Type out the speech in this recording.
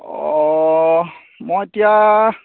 অঁ মই এতিয়া